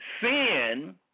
sin